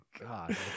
God